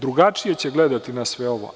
Drugačije će gledati na sve ovo.